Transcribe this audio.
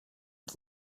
und